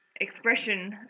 expression